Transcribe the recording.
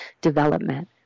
development